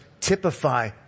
typify